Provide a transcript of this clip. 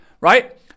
right